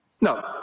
No